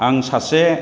आं सासे